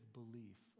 belief